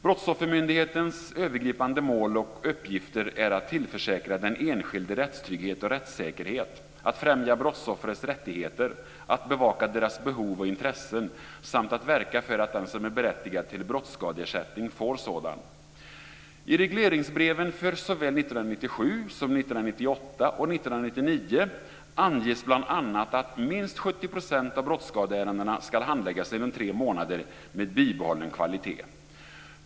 Brottsoffermyndighetens övergripande mål och uppgifter är att tillförsäkra den enskilde rättstrygghet och rättssäkerhet, att främja brottsoffrens rättigheter, att bevaka deras behov och intressen samt att verka för att den som är berättigad till brottsskadeersättning får sådan. 1999 anges bl.a. att minst 70 % av brottsskadeärendena ska handläggas inom tre månader med bibehållen kvalitet.